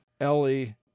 Ellie